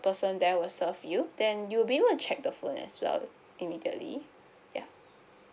person there will serve you then you'll be able to check the phone as well immediately yeah